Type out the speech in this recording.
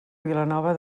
vilanova